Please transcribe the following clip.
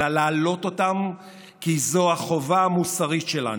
אלא להעלות אותם כי זו החובה המוסרית שלנו.